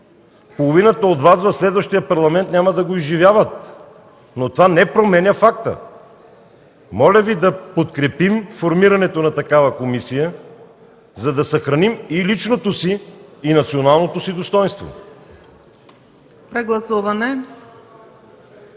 Половината от Вас в следващия парламент няма да го изживяват, но това не променя факта. Моля Ви да подкрепим формирането на такава комисия, за да съхраним и личното си, и националното си достойнство.